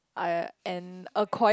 I and acquire